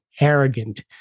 arrogant